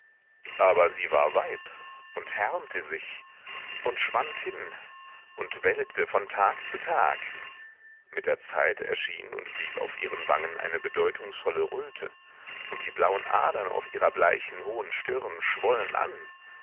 aber sie war weib und härmte sich und schwand hin und welkte von tag zu tag mit der zeit erschien und blieb auf ihren wangen eine bedeutungsvolle röte und die blauen adern auf ihrer bleichen hohen stirn schwollen an